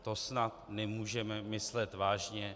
To snad nemůžeme myslet vážně.